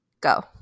go